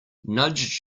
nudge